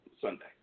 Sunday